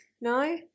No